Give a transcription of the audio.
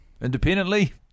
Independently